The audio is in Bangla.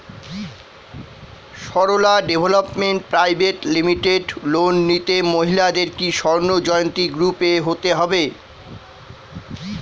Sarala development private limited loan নিতে মহিলাদের কি স্বর্ণ জয়ন্তী গ্রুপে হতে হবে?